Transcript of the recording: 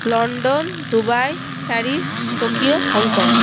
London Dubai Paris Tokyo Hong Kong